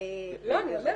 נציב הקבילות.